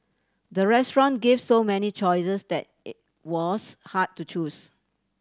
the restaurant gave so many choices that it was hard to choose